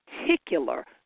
particular